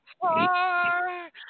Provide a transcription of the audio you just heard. far